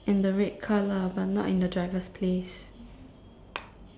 in the red car lah but not in the driver's place